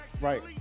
Right